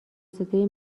صدای